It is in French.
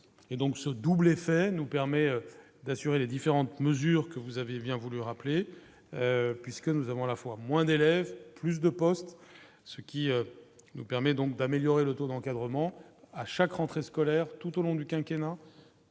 ce double effet nous permet d'assurer les différentes mesures que vous avez bien voulu rappeler puisque nous avons à la fois moins d'élèves plus de postes, ce qui nous permet donc d'améliorer le taux d'encadrement à chaque rentrée scolaire, tout au long du quinquennat